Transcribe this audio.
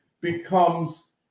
becomes